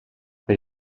per